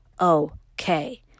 okay